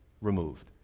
removed